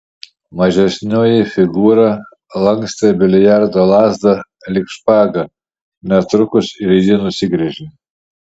mažesnioji figūra lankstė biliardo lazdą lyg špagą netrukus ir ji nusigręžė